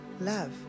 love